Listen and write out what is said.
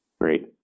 Great